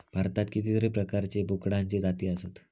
भारतात कितीतरी प्रकारचे बोकडांचे जाती आसत